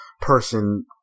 person